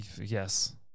Yes